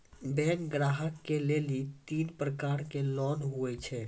Bank ग्राहक के लेली तीन प्रकर के लोन हुए छै?